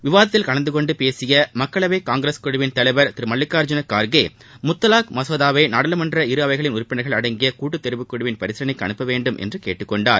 விவாதத்தில் கலந்துகொண்டு பேசிய மக்களவை காங்கிரஸ் குழுவின் தலைவர் திரு மல்லிகா்ஜூன கார்கே முத்தலாக் மசோதாவை நாடாளுமன்ற இரு அவைகளின் உறுப்பினர்கள் அடங்கிய கூட்டுத்தேர்வுக் குழுவிள் பரிசீலனைக்கு அனுப்ப வேண்டும் என்று கேட்டுக்கொண்டார்